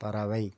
பறவை